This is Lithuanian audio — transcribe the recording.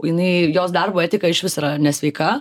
jinai jos darbo etika išvis yra nesveika